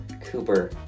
Cooper